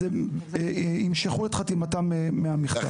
אז הם ימשכו את חתימתם מהמכתב.